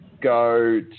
go